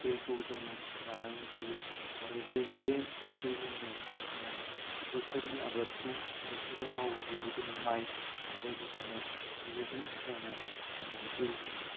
दैखौ जोङो लानानै फैयो आरो दैजों बे दैजोंनो बोथोरनि आबादखौ बोथोराव मावो बेबायदिनो माय बायदिसिना बेबायदि गायनानै जिउ खुङो